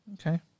Okay